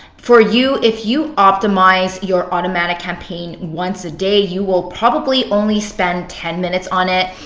for you, if you optimize your automatic campaigns once a day, you will probably only spend ten minutes on it.